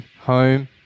home